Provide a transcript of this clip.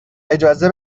اجازه